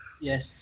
yes